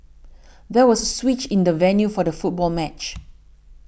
there was a switch in the venue for the football match